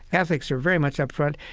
catholics are very much upfront.